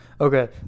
Okay